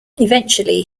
eventually